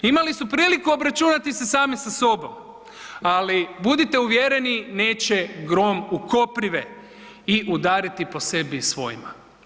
Imali su priliku se obračunati sami sa sobom, ali budite uvjereni neće grom u koprive i udariti po sebi i svojima.